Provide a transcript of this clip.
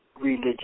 Religious